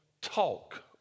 talk